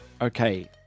Okay